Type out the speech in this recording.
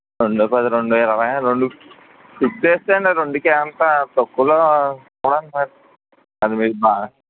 రెండు పది రెండు ఇరవై రెండు ఫిక్స్ చేసేయండి ఆ రెండుకే అంత తక్కువలో చూడండి మరి పదివేలు బాగా